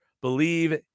Believe